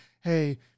hey